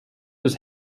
was